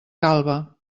calba